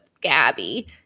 Gabby